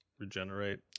regenerate